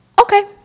okay